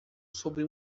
sobre